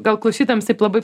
gal klausytojams taip labai